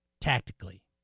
tactically